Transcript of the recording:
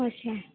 अच्छा